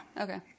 okay